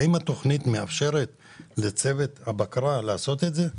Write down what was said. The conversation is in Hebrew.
האם התכנית מאפשרת לצוות הבקרה לעשות את זה?